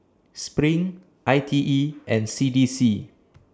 SPRING I T E and C D C